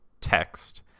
text